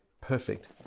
perfect